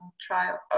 trial